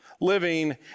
living